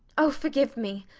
oh forgive me.